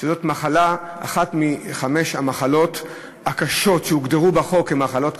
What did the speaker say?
שזו אחת מחמש המחלות הקשות שהוגדרו בחוק כמחלות קשות,